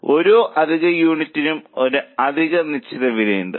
അതിനാൽ ഓരോ അധിക യൂണിറ്റിനും ഒരു അധിക നിശ്ചിത വിലയുണ്ട്